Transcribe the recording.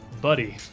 buddy